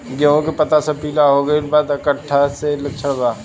गेहूं के पता सब पीला हो गइल बा कट्ठा के लक्षण बा?